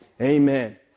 Amen